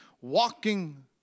walking